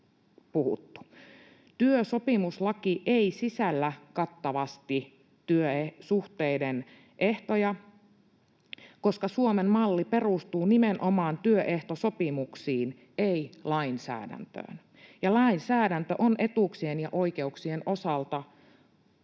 Työsopimuslaki ei sisällä kattavasti työsuhteiden ehtoja, koska Suomen malli perustuu nimenomaan työehtosopimuksiin, ei lainsäädäntöön, ja lainsäädäntö on etuuksien ja oikeuksien osalta